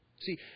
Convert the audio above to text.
See